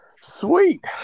sweet